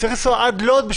צריך לנסוע עד לוד,